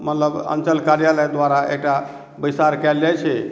मतलब अञ्चल कार्यालय द्वारा एकटा बैसार कएल जाइ छै